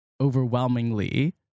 overwhelmingly